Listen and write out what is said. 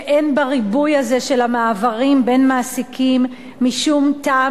שאין בריבוי הזה של המעברים בין מעסיקים משום טעם